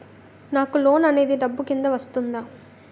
నాకు లోన్ అనేది డబ్బు కిందా వస్తుందా?